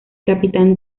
capitán